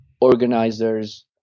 organizers